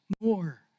more